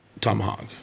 tomahawk